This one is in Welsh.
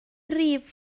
rif